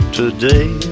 today